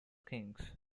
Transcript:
kings